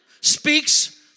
speaks